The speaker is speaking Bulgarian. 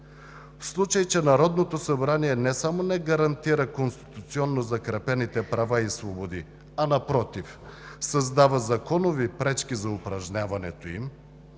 В случай че Народното събрание не само не гарантира конституционно закрепените права и свободи, а напротив, създава законови пречки за упражняването им,